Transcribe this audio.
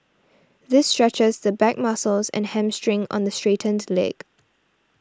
this stretches the back muscles and hamstring on the straightened leg